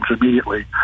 immediately